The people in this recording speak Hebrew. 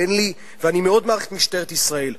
ואני מאוד מעריך את משטרת ישראל.